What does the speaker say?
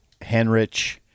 Henrich